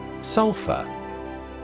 Sulfur